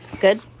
Good